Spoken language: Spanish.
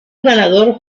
ganador